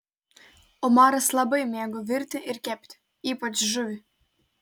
omaras labai mėgo virti ir kepti ypač žuvį